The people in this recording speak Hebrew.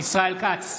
ישראל כץ,